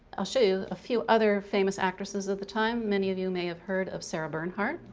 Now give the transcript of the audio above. i'll show you a few other famous actresses of the time, many of you may have heard of sarah bernhardt.